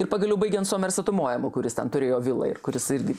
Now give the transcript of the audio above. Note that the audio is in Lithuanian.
ir pagaliau baigiant somersetu moemu kuris ten turėjo vilą ir kuris irgi